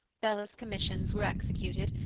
bella's commissions were executed,